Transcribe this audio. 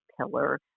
pillar